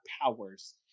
powers